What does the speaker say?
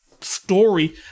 story